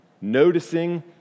noticing